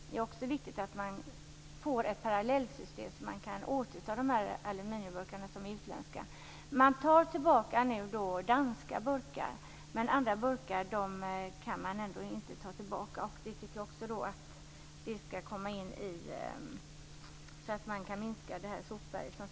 Det är också viktigt att man får ett parallellsystem så att man kan återta de aluminiumburkar som är utländska. Man tar nu tillbaka danska burkar. Men andra burkar kan man inte ta tillbaka. Det tycker jag också skall komma in i systemet, så att man kan minska sopberget.